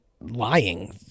lying